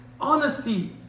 honesty